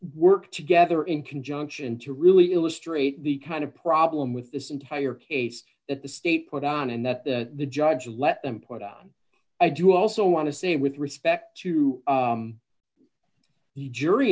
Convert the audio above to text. work together in conjunction to really illustrate the kind of problem with this entire case at the state put on and that the judge let them put on a do also want to say with respect to the jury